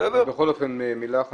בכל אופן מילה אחת.